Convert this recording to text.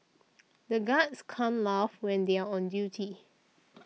the guards can't laugh when they are on duty